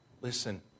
listen